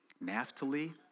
Naphtali